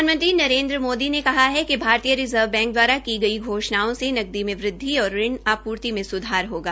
प्रधानमंत्री नरेन्द्र मोदी ने कहा कि भारतीय रिज़र्व बैंक द्वारा की गई घोषणाओं से नकदी में वृद्वि और ऋण आपूर्ति में सुधार होगा